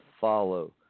follow